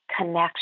connection